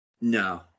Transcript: no